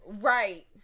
Right